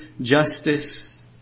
justice